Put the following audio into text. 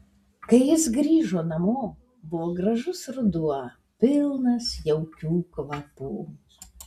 kai jis grįžo namo buvo gražus ruduo pilnas jaukių kvapų